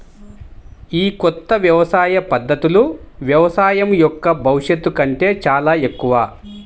ఈ కొత్త వ్యవసాయ పద్ధతులు వ్యవసాయం యొక్క భవిష్యత్తు కంటే చాలా ఎక్కువ